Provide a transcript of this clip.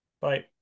Bye